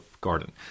garden